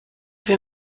wir